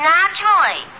Naturally